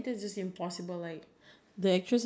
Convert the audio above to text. I think in like past few years